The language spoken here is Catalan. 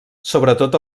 sobretot